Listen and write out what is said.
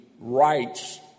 rights